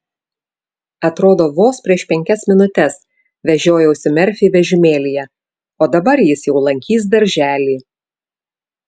atrodo vos prieš penkias minutes vežiojausi merfį vežimėlyje o dabar jis jau lankys darželį